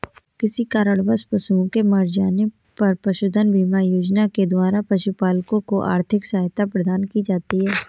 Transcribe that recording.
किसी कारणवश पशुओं के मर जाने पर पशुधन बीमा योजना के द्वारा पशुपालकों को आर्थिक सहायता प्रदान की जाती है